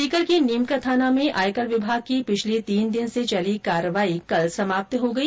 सीकर के नीमकाथाना में आयकर विभाग की पिछले तीन दिन से चली कार्रवाई कल समाप्त हो गई